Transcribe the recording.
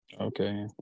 Okay